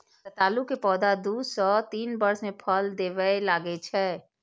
सतालू के पौधा दू सं तीन वर्ष मे फल देबय लागै छै